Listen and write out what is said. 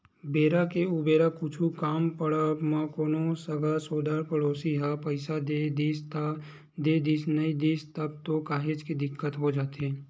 बेरा के उबेरा कुछु काम पड़ब म कोनो संगा सोदर पड़ोसी ह पइसा दे दिस त देदिस नइ दिस तब तो काहेच के दिक्कत हो जाथे